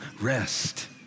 rest